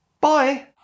Bye